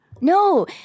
No